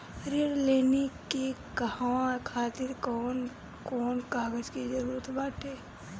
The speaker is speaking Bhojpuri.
ऋण लेने के कहवा खातिर कौन कोन कागज के जररूत बाटे?